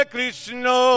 Krishna